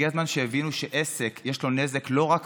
והגיע הזמן שיבינו שעסק יש לו נזק לא רק